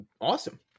awesome